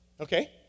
Okay